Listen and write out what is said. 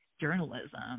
journalism